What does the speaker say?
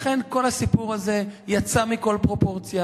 לכן, כל הסיפור הזה יצא מכל פרופורציה.